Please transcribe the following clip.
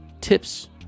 Tips